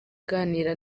aganira